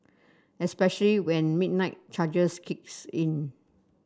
especially when midnight charges kicks in